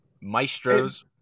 maestros